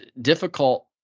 difficult